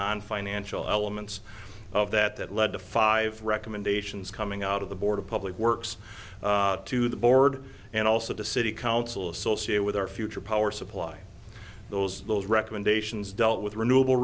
nonfinancial elements of that that led to five recommendations coming out of the board of public works to the board and also to city council associated with our future power supply those those recommendations dealt with renewable